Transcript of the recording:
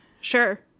Sure